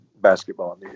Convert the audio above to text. basketball